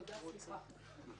תודה, סליחה.